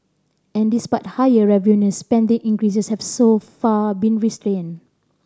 and despite higher revenues spending increases have so far been restrained